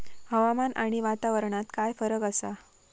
हवामान आणि वातावरणात काय फरक असा?